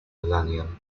millennium